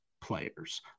players